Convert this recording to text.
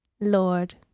Lord